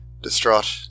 distraught